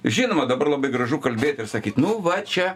žinoma dabar labai gražu kalbėt ir sakyt nu va čia